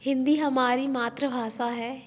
हिंदी हमारी मातृभाषा है